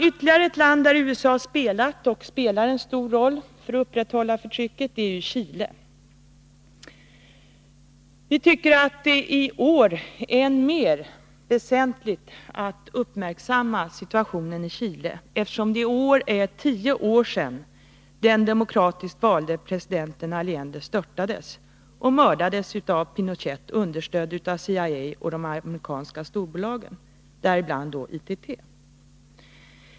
Ytterligare ett land där USA spelat och spelar en stor roll för att upprätthålla förtrycket är Chile. Vi tycker att det i år är än mer väsentligt att uppmärksamma situationen i Chile, eftersom det i år är tio år sedan den demokratiskt valde presidenten Allende störtades och mördades av Pinochet, understödd av CIA och de amerikanska storbolagen, däribland ITT.